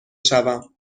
شوم